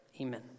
Amen